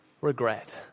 regret